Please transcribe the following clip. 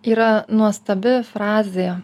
yra nuostabi frazė